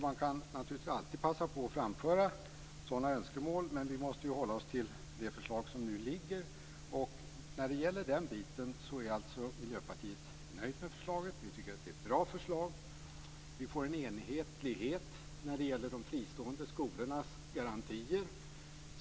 Man kan naturligtvis alltid passa på att framföra önskemål, men vi måste hålla oss till det förslag som nu föreligger. När det gäller den delen är Miljöpartiet alltså nöjt med förslaget. Vi tycker att det är ett bra förslag. Vi får en enhetlighet när det gäller de fristående skolornas garantier.